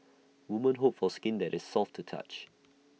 women hope for skin that is soft to touch